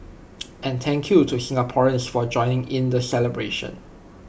and thank you to Singaporeans for joining in the celebrations